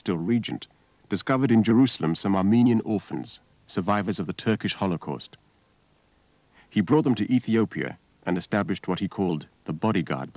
still regent discovered in jerusalem some armenian orphans survivors of the turkish holocaust he brought them to ethiopia and established what he called the b